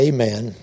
Amen